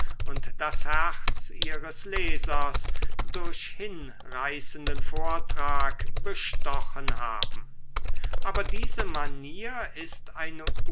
und das herz ihres lesers durch hinreißenden vortrag bestochen haben aber diese manier ist eine